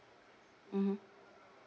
mmhmm